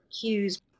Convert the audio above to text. cues